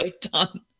done